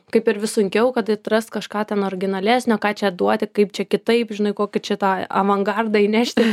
kaip ir vis sunkiau kad atrast kažką ten originalesnio ką čia duoti kaip čia kitaip žinai kokį čia tą avangardą įnešti